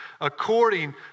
according